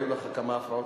היו לך כמה הפרעות,